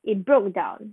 it broke down